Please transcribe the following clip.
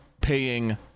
paying